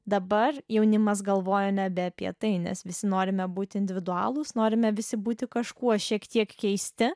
dabar jaunimas galvoja nebe apie tai nes visi norime būti individualūs norime visi būti kažkuo šiek tiek keisti